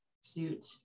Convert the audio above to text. suit